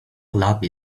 club